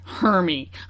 Hermy